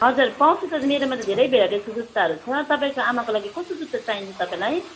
हजुर पाउँछ त मेरोमा त धेरै भेराइटिजको जुत्ताहरू छ तपाईँको आमाको लागि कस्तो जुत्ता चाहिन्छ तपाईँलाई